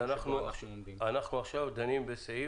באיזה סעיף אנחנו דנים כרגע?